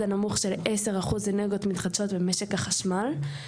הנמוך של עשרה אחוז אנרגיות מתחדשות במשק החשמל.